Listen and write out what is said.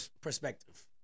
perspective